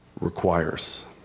requires